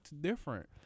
different